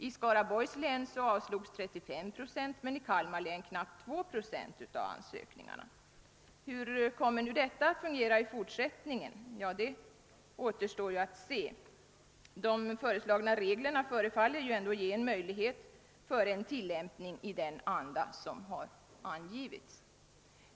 I Skaraborgs län avslogs 35 procent av ansökningarna men i Kalmar län knappt 2 procent. Hur kommer det att fungera i fortsättningen? Det återstår att se. De föreslagna reglerna förefaller ändå ge möjlighet för en tillämpning i den anda som har angivits.